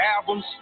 albums